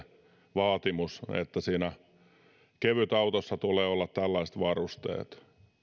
vaatimus että siinä kevytautossa tulee olla tällaiset varusteet